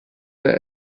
der